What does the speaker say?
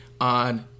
on